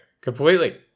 completely